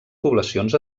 poblacions